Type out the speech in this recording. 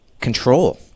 control